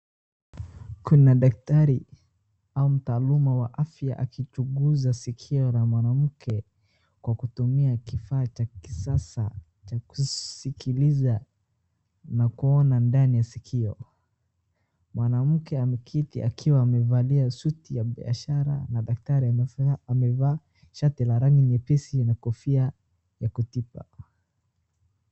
Kuna daktari au mtaaluma wa afya akichunguza sikio la mwanamke kwa kutumia kifaa cha kisasa cha kusikiliza na kuona ndani ya sikio. Mwanamke ameketi akiwa amevalia suti ya biashara na daktari amefa, amevaa shati la rangi nyepesi na kofia ya kutiba.